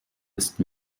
ist